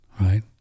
right